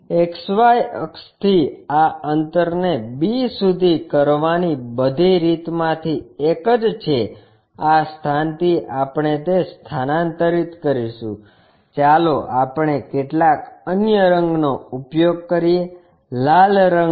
XY અક્ષથી આ અંતરને b સુધી કરવાની બધી રીતમાંથી એક જ છે આ સ્થાનથી આપણે તે સ્થાને સ્થાનાંતરિત કરીશું ચાલો આપણે કેટલાક અન્ય રંગનો ઉપયોગ કરીએ લાલ રંગ લો